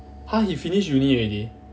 !huh! he finish uni already